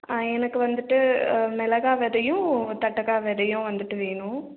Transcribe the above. எனக்கு வந்துட்டு மிளகா விதையும் தட்டக்காய் விதையும் வந்துட்டு வேணும்